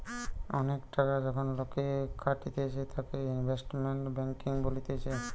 অনেক টাকা যখন লোকে খাটাতিছে তাকে ইনভেস্টমেন্ট ব্যাঙ্কিং বলতিছে